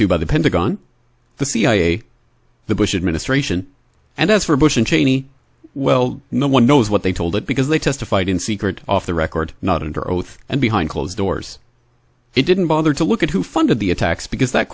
to by the pentagon the cia the bush administration and as for bush and cheney well no one knows what they told it because they testified in secret off the record not under oath and behind closed doors it didn't bother to look at who funded the attacks because that